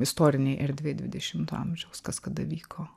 istorinėj erdvėj dvidešimto amžiaus kas kada vyko